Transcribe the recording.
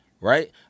right